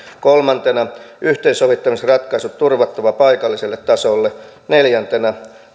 kolmantena yhteensovittamisratkaisut turvattava paikalliselle tasolle ja neljäntenä